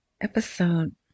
episode